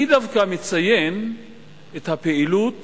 אני דווקא מציין את הפעילות